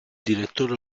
direttore